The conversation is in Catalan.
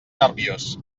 nerviós